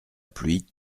pluie